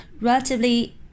relatively